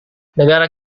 negara